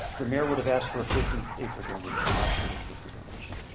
the mayor would have asked for a fifty acre donation, not thirty acre donation.